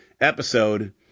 episode